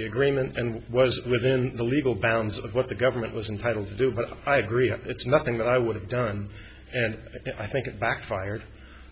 the agreement and was within the legal bounds of what the government was entitled to do but i agree it's nothing that i would have done and i think it backfired